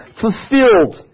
fulfilled